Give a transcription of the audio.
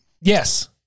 Yes